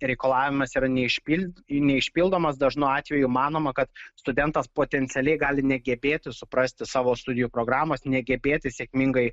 reikalavimas yra neišpild neišpildomas dažnu atveju manoma kad studentas potencialiai gali negebėti suprasti savo studijų programos negebėti sėkmingai